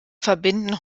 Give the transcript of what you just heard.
verbinden